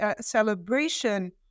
celebration